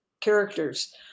characters